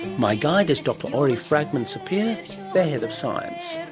my guide is dr ori fragman-sapir, the head of science.